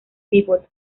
pívot